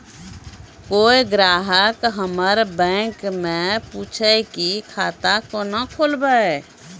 कोय ग्राहक हमर बैक मैं पुछे की खाता कोना खोलायब?